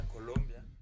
Colombia